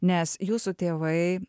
nes jūsų tėvai